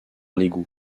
l’égout